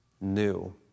new